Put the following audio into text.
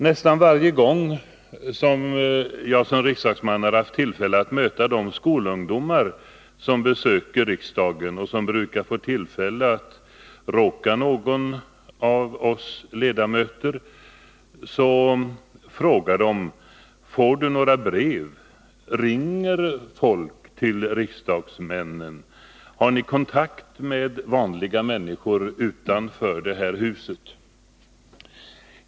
Nästan varje gång då jag som riksdagsman har haft tillfälle att möta de skolungdomar som besöker riksdagen och som brukar få tillfälle att råka någon av oss ledamöter frågar de: Får du några brev? Ringer folk till riksdagsmännen? Har ni kontakt med vanliga människor utanför riksdagshuset?